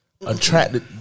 attracted